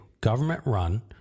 government-run